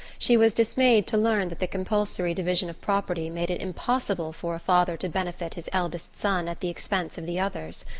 she was dismayed to learn that the compulsory division of property made it impossible for a father to benefit his eldest son at the expense of the others.